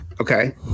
Okay